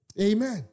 Amen